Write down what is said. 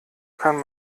kann